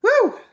Woo